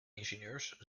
ingenieurs